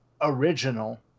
original